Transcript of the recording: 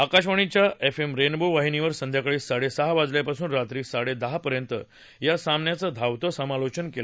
आकाशवाणीच्या एफएमरेनबो वाहिनीवर संध्याकाळी साडेसहा वाजल्यापासून रात्री साडेदहा पर्यत या सामन्याचं धावतं समालोचन केलं जाईल